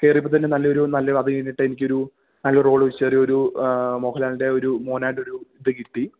കേറിയപ്പത്തേന് നല്ലൊരു നല്ല അത് കഴിഞ്ഞിട്ട് എനിക്കൊരു നല്ല റോൾന്ന്ച്ചാ ഒരു ഒരു മോഹൻലാലിൻ്റെ ഒരു മോനായിട്ട് ഒരു ഇത് കിട്ടി